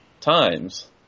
times